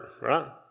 right